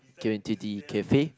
going to the cafe